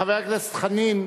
חבר הכנסת חנין.